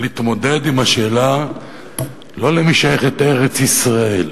להתמודד עם השאלה לא למי שייכת ארץ-ישראל,